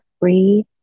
free